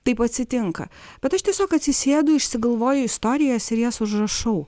taip atsitinka kad aš tiesiog atsisėdu išsigalvoju istorijas ir jas užrašau